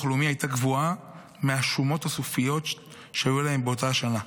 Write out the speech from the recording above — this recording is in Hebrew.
לאומי הייתה גבוהה מהשומות הסופיות שהיו להם באותה השנה.